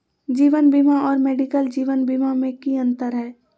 जीवन बीमा और मेडिकल जीवन बीमा में की अंतर है?